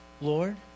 Lord